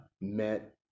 met